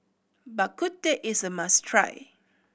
Bak Kut Teh is a must try